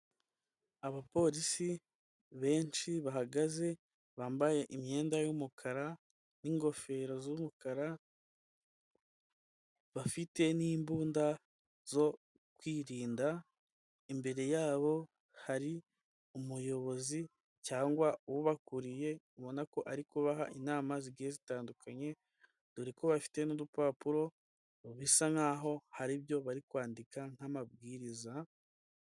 Abapolisi benshi bahagaze bambaye imyenda y'umukara, n' ingofero z'umukara, bafite n'imbunda zo kwirinda, imbere y'abo hari umuyobozi cyangwa ubakuriye ubona ko ari kubaha inama zigiye zitandukanye dore ko bafite n'udupapuro bisa nk'aho hari ibyo bari kwandika nk'amabwiriza.